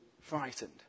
frightened